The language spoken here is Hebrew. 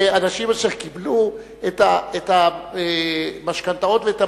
אלה אנשים אשר קיבלו את המשכנתאות ואת